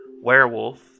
Werewolf